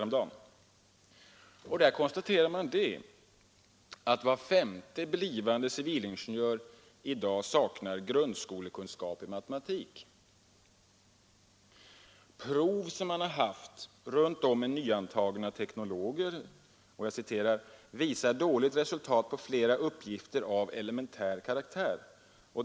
Man konstaterar där att var femte blivande civilingenjör i dag saknar grundskolekunskap i matematik. Prov som man haft runt om med nyantagna teknologer ”visar dåligt resultat på flera uppgifter av elementär karaktär ———.